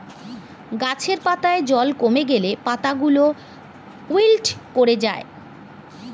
গাছের পাতায় জল কমে গেলে পাতাগুলো উইল্ট করে যায়